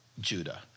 Judah